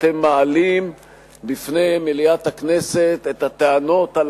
אתם מעלים בפני מליאת הכנסת את הטענות על